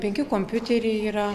penki kompiuteriai yra